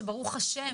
שברוך ה',